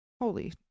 Holy